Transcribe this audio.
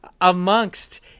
Amongst